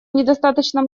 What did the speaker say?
недостаточно